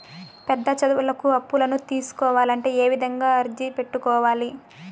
పెద్ద చదువులకు అప్పులను తీసుకోవాలంటే ఏ విధంగా అర్జీ పెట్టుకోవాలి?